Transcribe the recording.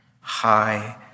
high